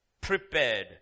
prepared